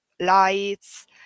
lights